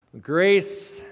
Grace